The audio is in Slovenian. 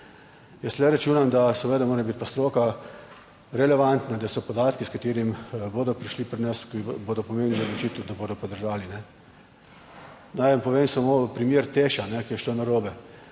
Jaz tu računam, da seveda mora biti pa stroka relevantna, da so podatki s katerimi bodo prišli pri nas, ki bodo pomembni za odločitev, da bodo pa držali. Naj vam povem samo primer Teša, kaj je šlo narobe.